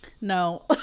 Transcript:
No